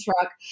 truck